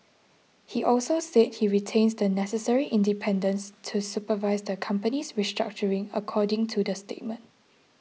he also said he retains the necessary independence to supervise the company's restructuring according to the statement